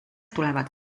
tulevad